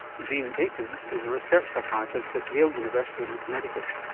deane aikins is a research psychiatrist at yale university in connecticut.